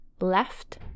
left